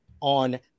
On